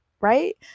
right